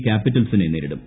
ക്യാപ്പിറ്റൽസിനെ നേരിടും